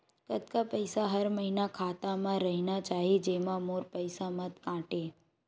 कतका पईसा हर महीना खाता मा रहिना चाही जेमा मोर पईसा मत काटे?